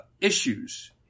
issues